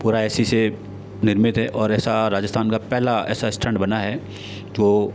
पूरा एसी से निर्मित है और ऐसा राजस्थान का पहला ऐसा स्टैंड बना है जो